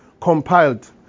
compiled